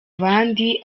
abandi